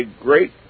great